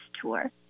Tour